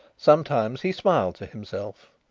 sometimes he smiled to himself,